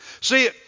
See